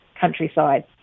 countryside